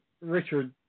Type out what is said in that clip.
Richard